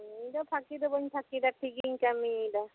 ᱠᱟᱹᱢᱤ ᱫᱚ ᱯᱷᱟᱹᱠᱤ ᱫᱚ ᱵᱟᱹᱧ ᱯᱷᱟᱹᱠᱤᱭᱮᱫᱟ ᱴᱷᱤᱠ ᱜᱮᱧ ᱠᱟᱹᱢᱤ ᱭᱮᱫᱟ